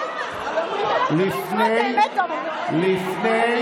(חברת הכנסת מאי גולן יוצאת מאולם המליאה.) לפני שאני,